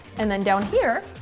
and then down here